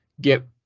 get